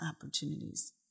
opportunities